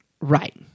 right